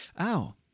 ow